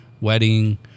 wedding